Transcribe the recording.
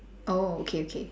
oh okay okay